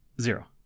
Zero